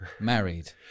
Married